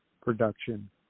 production